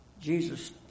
Jesus